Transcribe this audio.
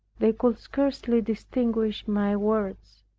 they could scarcely distinguish my words.